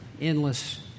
endless